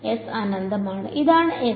S അനന്തമാണ് ഇതാണ് S